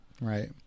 right